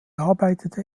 arbeitete